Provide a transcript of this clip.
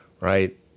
right